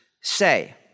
say